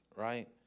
right